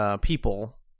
people